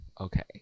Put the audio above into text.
Okay